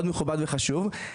מאוד מכובד וחשוב,